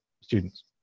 students